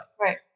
right